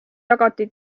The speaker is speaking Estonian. jagati